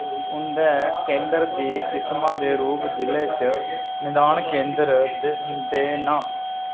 उं'दे केंदर दी किसमा दे रूप जिले च निदान केंदर दे न